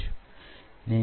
సరే